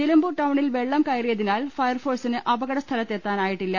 നിലമ്പൂർ ടൌണിൽ വെളളം കയറിയതിനാൽ ഫയർഫോഴ്സിന് അപകടസ്ഥലത്തെത്താനായിട്ടില്ല